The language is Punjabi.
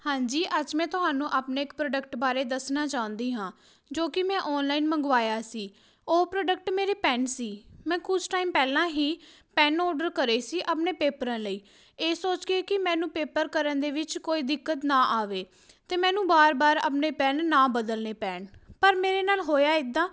ਹਾਂਜੀ ਅੱਜ ਮੈਂ ਤੁਹਾਨੂੰ ਆਪਣੇ ਇੱਕ ਪ੍ਰੋਡਕਟ ਬਾਰੇ ਦੱਸਣਾ ਚਾਹੁੰਦੀ ਹਾਂ ਜੋ ਕਿ ਮੈਂ ਔਨਲਾਈਨ ਮੰਗਵਾਇਆ ਸੀ ਉਹ ਪ੍ਰੋਡਕਟ ਮੇਰੇ ਪੈੱਨ ਸੀ ਮੈਂ ਕੁਛ ਟਾਈਮ ਪਹਿਲਾਂ ਹੀ ਪੈੱਨ ਔਡਰ ਕਰੇ ਸੀ ਆਪਣੇ ਪੇਪਰਾਂ ਲਈ ਇਹ ਸੋਚ ਕੇ ਕਿ ਮੈਨੂੰ ਪੇਪਰ ਕਰਨ ਦੇ ਵਿੱਚ ਕੋਈ ਦਿੱਕਤ ਨਾ ਆਵੇ ਅਤੇ ਮੈਨੂੰ ਵਾਰ ਵਾਰ ਆਪਣੇ ਪੈੱਨ ਨਾ ਬਦਲਨੇ ਪੈਣ ਪਰ ਮੇਰੇ ਨਾਲ ਹੋਇਆ ਇੱਦਾਂ